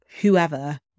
whoever